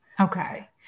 Okay